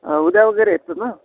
उद्या वगैरे यायचं ना